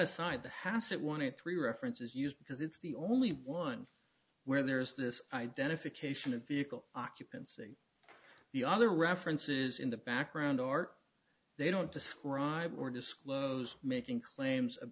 aside the hassett wanted three references used because it's the only one where there is this identification of vehicle occupancy the other references in the background are they don't describe or disclose making claims